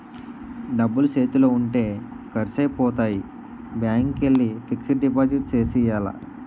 డబ్బులు సేతిలో ఉంటే ఖర్సైపోతాయి బ్యాంకికెల్లి ఫిక్సడు డిపాజిట్ సేసియ్యాల